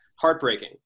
heartbreaking